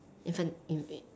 infini~ infin~